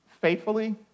faithfully